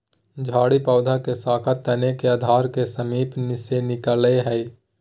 झाड़ी पौधा के शाखा तने के आधार के समीप से निकलैय हइ